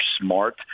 smart